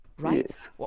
right